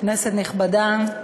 כנסת נכבדה,